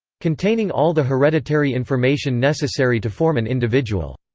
containing all the hereditary information necessary to form an individual.